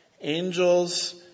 angels